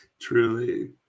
Truly